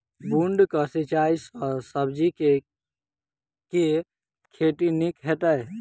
बूंद कऽ सिंचाई सँ सब्जी केँ के खेती नीक हेतइ?